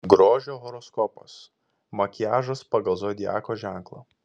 grožio horoskopas makiažas pagal zodiako ženklą